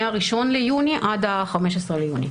מה-1 ביוני עד ה-15 ביוני.